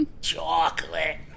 Chocolate